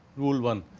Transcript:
rule one,